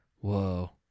Whoa